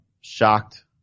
shocked